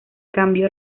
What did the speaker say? cambio